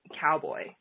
cowboy